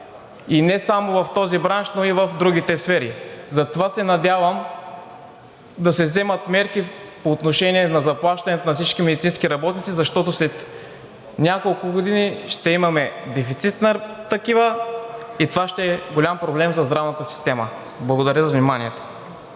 и не само в този бранш, но и в другите сфери. Затова се надявам да се вземат мерки по отношение на заплащането на всички медицински работници, защото след няколко години ще имаме дефицит на такива и това ще е голям проблем за здравната система. Благодаря за вниманието.